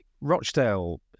Rochdale